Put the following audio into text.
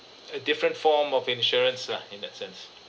a different form of insurance lah in that sense